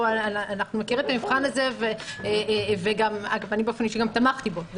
אנחנו מכירים את המבחן הזה ואני באופן אישי גם תמכתי בו.